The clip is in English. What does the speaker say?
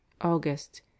August